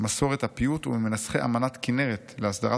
מסורת הפיוט וממנסחי אמנת כינרת להסדרת